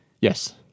Yes